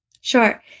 Sure